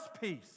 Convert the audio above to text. peace